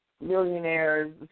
millionaires